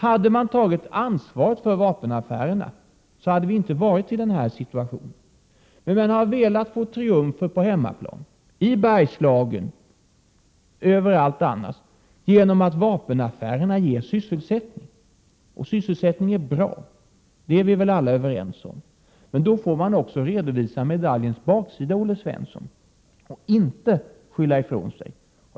Hade man tagit ansvar för vapenaffärerna, så hade vi inte varit i den här situationen. Men man har velat fira triumfer på hemmaplan — i Bergslagen och överallt annars — genom att vapenaffärerna ger sysselsättnig. Sysselsättning är bra. Det är vi väl alla överens om. Men då får man också redovisa medaljens baksida, Olle Svensson, och inte skylla ifrån sig.